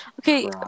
Okay